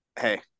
hey